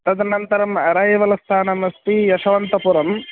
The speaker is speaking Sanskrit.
तदनन्तरं अरैवल् स्थानमस्ति यशवन्तपुरम्